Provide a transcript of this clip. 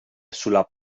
sulla